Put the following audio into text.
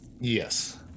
Yes